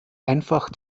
einfach